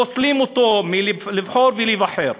פוסלים אותו מלבחור ולהיבחר.